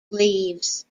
leaves